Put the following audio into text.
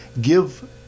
Give